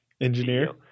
engineer